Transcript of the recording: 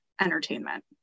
entertainment